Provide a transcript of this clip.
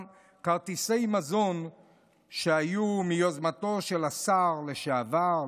כרטיסי מזון שהיו מיוזמתו של השר לשעבר,